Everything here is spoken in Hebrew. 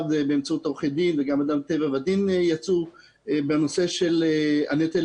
באמצעות עורכי דין - וגם אדם טבע ודין יצאו - בנושא של הפחתת